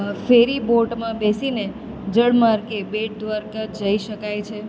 ફેરી બોટમાં બેસીને જળમાર્ગે બેટ દ્વારકા જઈ શકાય છે